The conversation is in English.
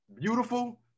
beautiful